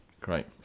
Great